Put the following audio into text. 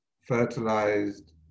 fertilized